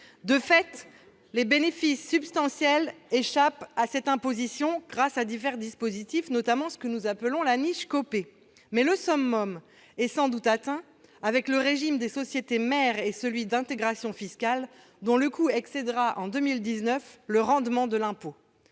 De fait, les bénéfices substantiels échappent à cette imposition grâce à divers dispositifs, notamment celui que nous appelons la « niche Copé ». Mais le summum est sans doute atteint avec le régime des sociétés mères et celui d'intégration fiscale, dont le coût excédera le rendement de l'impôt